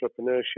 entrepreneurship